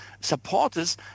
supporters